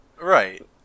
Right